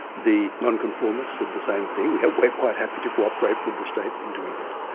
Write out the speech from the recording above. the nonconformists said the same thing we're we're quite happy to cooperate with the state in doing this.